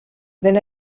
wenn